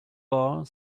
bar